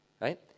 right